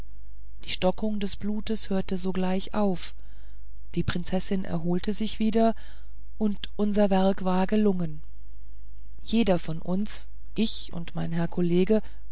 die stockung des bluts hörte sogleich auf die prinzessin erholte sich wieder und unser werk war gelungen jeder von uns ich und mein herr kollege